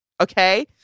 okay